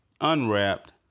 unwrapped